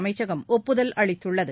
அமைச்சகம் ஒப்புதல் அளித்துள்ளது